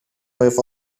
with